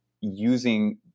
using